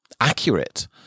accurate